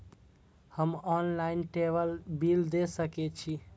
हम online table bill दे सके छी?